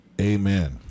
Amen